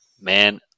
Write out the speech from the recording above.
Man